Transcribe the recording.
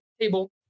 table